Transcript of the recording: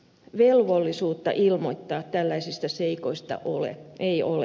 velvollisuutta ilmoittaa tällaisista seikoista ei ole